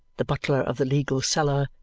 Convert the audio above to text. the butler of the legal cellar,